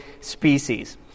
species